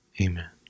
amen